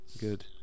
Good